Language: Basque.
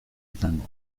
izango